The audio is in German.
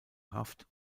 haft